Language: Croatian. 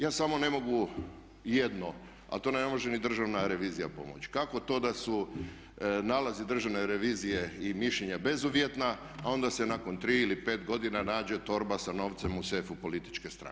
Ja samo ne mogu jedno ali to ne može ni državna revizija pomoći, kako to da su nalazi državne revizije i mišljenja bezuvjetna a onda se nakon 3 ili 5 godina nađe torba sa novcem u sefu političke stranke.